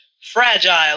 fragile